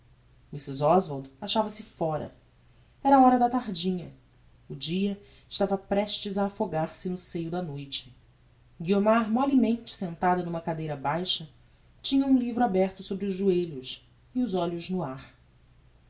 antes mrs oswald achava-se fóra era a hora da tardinha o dia estava prestes a afogar-se no seio da noite guiomar mollemente sentada n'uma cadeira baixa tinha um livro aberto sobre os joelhos e os olhos no ar